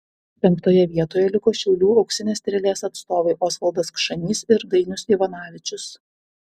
penktoje vietoje liko šiaulių auksinės strėlės atstovai osvaldas kšanys ir dainius ivanavičius